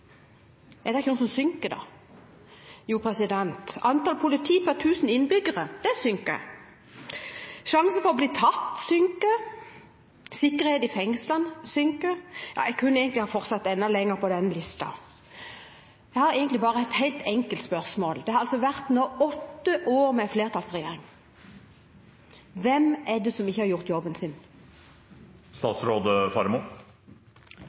Er det ikke noe som synker? Jo, antallet politi per tusen innbyggere synker, sjansen for å bli tatt synker, sikkerheten i fengslene synker. Jeg kunne egentlig ha fortsatt enda lenger på denne listen. Det har vært åtte år med flertallsregjering. Jeg har bare et helt enkelt spørsmål: Hvem er det som ikke har gjort jobben sin?